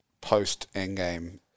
post-Endgame